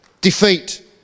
Defeat